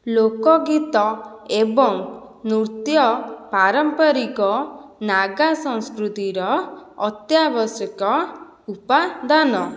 ଲୋକ ଗୀତ ଏବଂ ନୃତ୍ୟ ପାରମ୍ପାରିକ ନାଗା ସଂସ୍କୃତିର ଅତ୍ୟାବଶ୍ୟକ ଉପାଦାନ